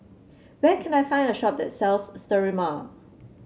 where can I find a shop that sells Sterimar